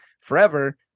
forever